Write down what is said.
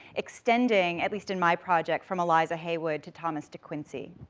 extending, at least in my project, from eliza haywood to thomas de quincey.